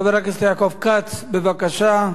חבר הכנסת יעקב כץ, בבקשה.